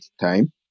time